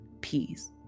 peace